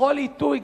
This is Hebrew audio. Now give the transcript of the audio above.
בכל עיתוי,